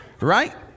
right